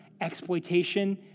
exploitation